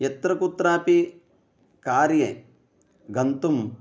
यत्र कुत्रापि कार्ये गन्तुम्